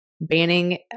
banning